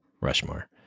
Rushmore